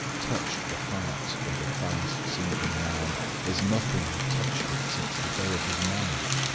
touched the heart of the fast-sinking man as nothing had touched it since the day of his marriage.